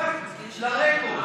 רק לרקורד.